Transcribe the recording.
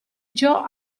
ciò